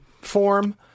form